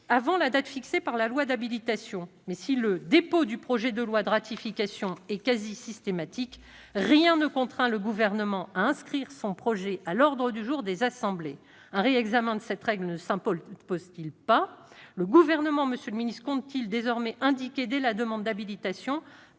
avant la date fixée par la loi d'habilitation. Toutefois, si le dépôt du projet de loi de ratification est quasi systématique, rien ne contraint le Gouvernement à inscrire son projet à l'ordre du jour des assemblées. Un réexamen de cette règle ne s'impose-t-il pas ? Le Gouvernement compte-t-il désormais indiquer dès la demande d'habilitation à